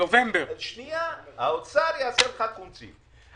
האוצר יעשה לך קונצים.